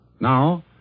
Now